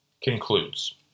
concludes